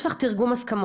יש לך תרגום הסכמות,